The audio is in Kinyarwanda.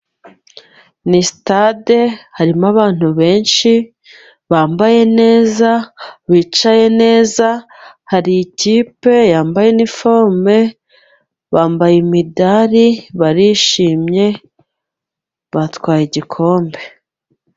Ni stade harimo abantu benshi bambaye neza, bicaye neza, hari ikipe yambaye iniforume bambaye imidari, barishinye batwaye igikombe.